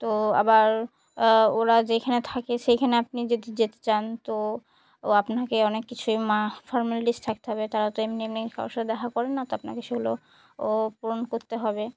তো আবার ওরা যেইখানে থাকে সেইখানে আপনি যদি যেতে চান তো ও আপনাকে অনেক কিছুই মাহ ফর্মালিটিস থাকতে হবে তারা তো এমনি এমনি কারোর সাথে দেখা করেন না তো আপনাকে সেগুলো ও পূরণ করতে হবে